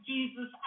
Jesus